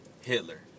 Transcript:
Hitler